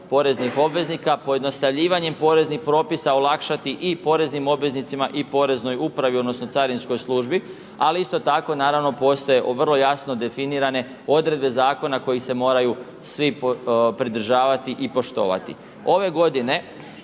poreznih obveznika, pojednostavljivanje poreznih propisa i olakšati i poreznim obveznicima i poreznoj upravi, odnosno carinskoj službi, ali isto tako naravno postoje vrlo jasno definirane odredbe zakona kojih se moraju svi pridržavati i poštovati. Ove godine